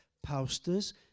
posters